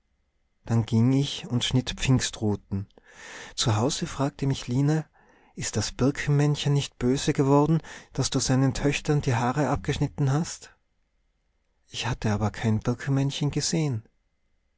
dann ging ich und schnitt pfingstruten zu hause fragte mich line ist das birkenmännchen nicht böse geworden daß du seinen töchtern die haare abgeschnitten hast ich hatte aber kein birkenmännchen gesehen